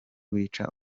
wica